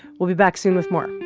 we'll be back soon with more.